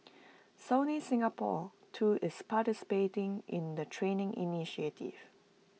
Sony Singapore too is participating in the training initiative